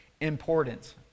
importance